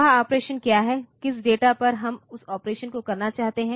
वह ऑपरेशन क्या है किस डेटा पर हम उस ऑपरेशन को करना चाहते हैं